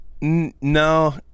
No